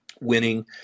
winning